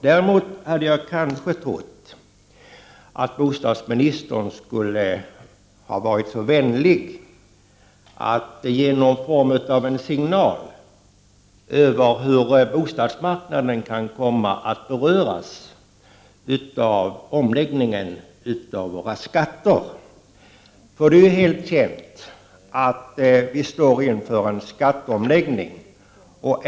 Däremot hade jag kanske trott att bostadsministern skulle ha varit så vänlig att han velat ge någon signal om hur bostadsmarknaden kan komma att beröras av den förestående omläggningen av våra skatter.